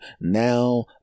now